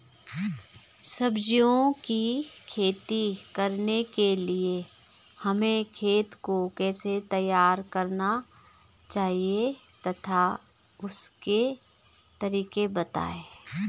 सब्जियों की खेती करने के लिए हमें खेत को कैसे तैयार करना चाहिए तथा उसके तरीके बताएं?